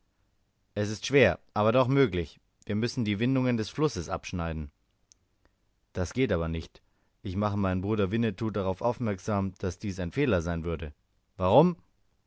es ist schwer aber doch möglich wir müssen die windungen des flusses abschneiden das geht aber nicht ich mache meinen bruder winnetou darauf aufmerksam daß dies ein fehler sein würde warum